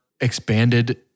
expanded